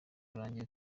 rurangiye